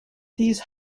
these